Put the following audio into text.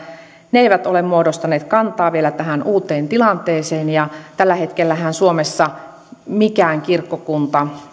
ne eivät vielä ole muodostaneet kantaa tähän uuteen tilanteeseen ja tällä hetkellähän suomessa mikään kirkkokunta